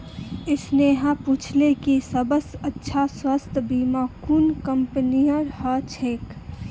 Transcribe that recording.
स्नेहा पूछले कि सबस अच्छा स्वास्थ्य बीमा कुन कंपनीर ह छेक